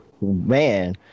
Man